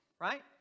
right